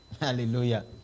Hallelujah